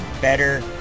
better